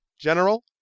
General